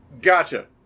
Gotcha